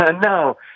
No